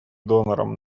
донором